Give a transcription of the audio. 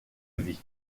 vie